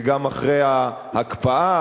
גם אחרי ההקפאה,